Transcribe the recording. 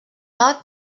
out